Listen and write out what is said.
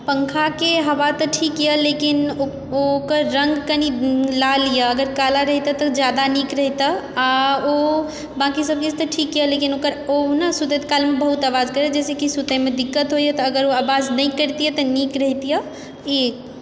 पङखाके हवा तऽ ठीक यऽ लेकिन ओकर रङ्ग कनि लाल यऽ अगर काला रहितै तऽ जादा नीक रहितय आ ओ बांँकी सब किछु तऽ ठीक यऽ लेकिन ओकर ओ ने सुतैत कालमे बहुत आवाज करैए जाहिसँ कि सुतैमे दिक्कत होइए तऽ अगर ओ आवाज नहि कैरतियै तऽ नीक रहतियै ई